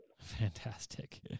Fantastic